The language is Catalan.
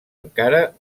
encara